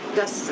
dass